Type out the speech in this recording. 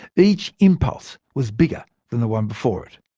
each impulse was bigger than the one before it.